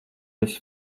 esi